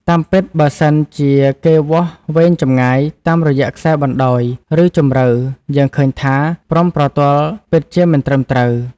តាមពិតបើសិន ជាគេវាស់វែងចម្ងាយ តាមរយៈខ្សែបណ្តោយ ឬ ជម្រៅ យើងឃើញថា ព្រំប្រទល់ ពិតជាមិនត្រឹមត្រូវ។